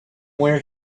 where